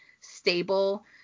stable